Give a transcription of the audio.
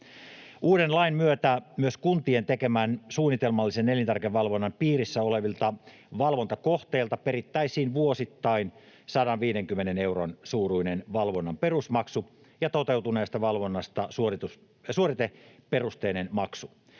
Uuden lain myötä myös kuntien tekemän suunnitelmallisen elintarvikevalvonnan piirissä olevilta valvontakohteilta perittäisiin vuosittain 150 euron suuruinen valvonnan perusmaksu ja toteutuneesta valvonnasta suoriteperusteinen maksu.